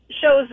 shows